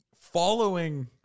following